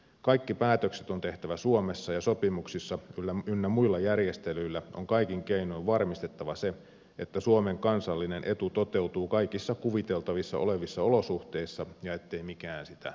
kaikki päätökset on tehtävä suomessa ja sopimuksissa ynnä muilla järjestelyillä on kaikin keinoin varmistettava se että suomen kansallinen etu toteutuu kaikissa kuviteltavissa olevissa olosuhteissa ja ettei mikään sitä etua vaaranna